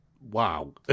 Wow